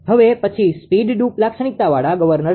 હવે પછી speed droop લાક્ષણિકતાવાળા ગવર્નર છે